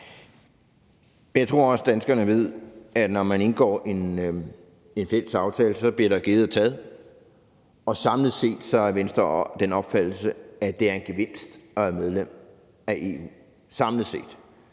jeg tror også, danskerne ved, at når man indgår en fælles aftale, bliver der givet og taget, og samlet set er Venstre af den opfattelse, at det er en gevinst at være medlem af EU.